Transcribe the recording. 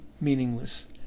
meaningless